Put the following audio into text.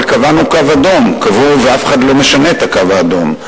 אבל קבענו קו אדום, ואף אחד לא משנה את הקו האדום: